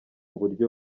buryo